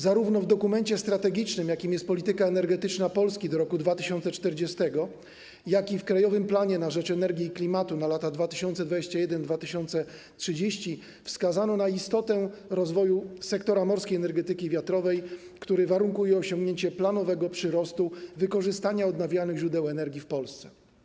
Zarówno w dokumencie strategicznym, jakim jest ˝Polityka energetyczna Polski do roku 2040˝, jak i w ˝Krajowym planie na rzecz energii i klimatu na lata 2021-2030˝ wskazano na istotę rozwoju sektora morskiej energetyki wiatrowej, który warunkuje osiągnięcie planowego przyrostu wykorzystania odnawialnych źródeł energii w Polsce.